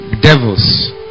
devils